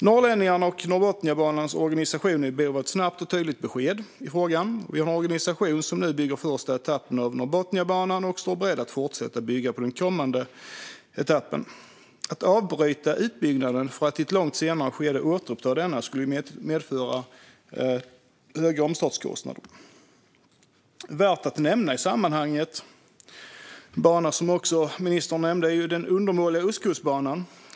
Norrlänningarna och Norrbotniabanans organisation behöver ett snabbt och tydligt besked i frågan. Organisationen bygger nu den första etappen av Norrbotniabanan och står beredd att fortsätta med den kommande etappen. Att avbryta utbyggnaden för att i ett långt senare skede återuppta den skulle medföra höga omstartskostnader. Värd att nämna i sammanhanget är den undermåliga Ostkustbanan, som ministern också tog upp.